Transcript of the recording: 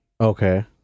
Okay